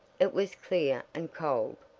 it was clear and cold,